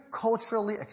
culturally